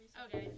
okay